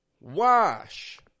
wash